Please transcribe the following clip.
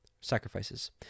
sacrifices